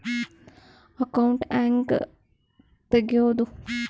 Account ಹ್ಯಾಂಗ ತೆಗ್ಯಾದು?